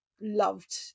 loved